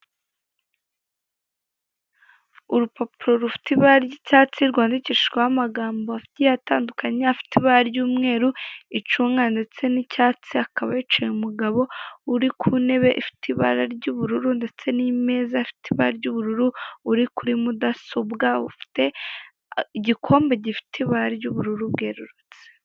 Urupapuro rufite ibara ry'icyatsi rwandikishijeho amagambo agiye atandukanye afite ibara ry'umweru, icunga ndetse n'icyatsi, hakaba hiceye umugabo uri ku ntebe ifite ibara ry'ubururu ndetse n'imeza ifite ibara ry'ubururu, uri kuri mudasobwa ufite igikombe gifite ibara ry'ubururu bwerurutse.